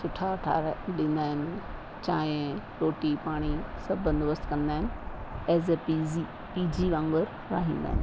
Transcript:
सुठा ठाहिराए ॾींदा आहिनि चांहि रोटी पाणी सभु बंदोबस्त कंदा आहिनि एज़ अ पीजी पीजी वांग़ुरु रिहाईंदा आहिनि